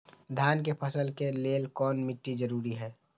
धान के फसल के लेल कौन मिट्टी जरूरी है?